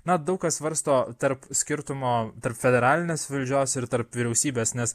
na daug kas svarsto tarp skirtumo tarp federalinės valdžios ir tarp vyriausybės nes